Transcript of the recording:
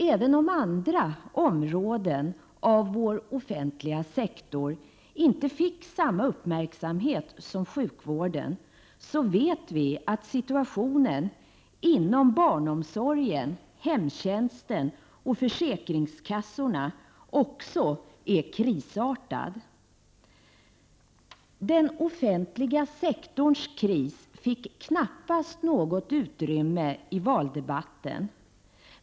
Även om andra områden av vår offentliga sektor inte fick samma uppmärksamhet som sjukvården, så vet vi att situationen inom barnomsorgen, hemtjänsten och försäkringskassorna också är krisartad. Den offentliga sektorns kris fick knappast något utrymme i valdebatten.